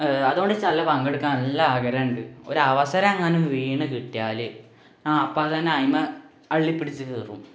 അതു കൊണ്ട് ഇച്ച് നല്ല പങ്കെടുക്കാൻ നല്ല ആഗ്രഹമുണ്ട് ഒരവസരെങ്ങാനും വീണുകിട്ടിയാല് ഞാന് അപ്പോള്ത്തന്നെ ഐമ്മെ അള്ളിപ്പിടിച്ച് കയറും